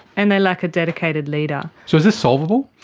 and they lack a dedicated leader. so is this solvable?